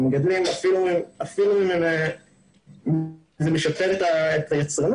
והמגדלים גם אם זה משפר את היצרנות,